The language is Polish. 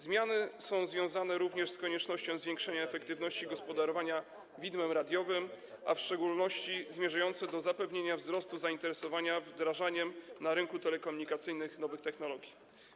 Zmiany są związane z koniecznością zwiększenia efektywności gospodarowania widmem radiowym, a w szczególności zmierzają do zapewnienia wzrostu zainteresowania wdrażaniem na rynku telekomunikacyjnym nowych technologii.